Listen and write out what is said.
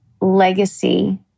legacy